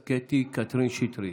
אז קטי קטרין שטרית.